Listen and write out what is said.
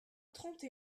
trente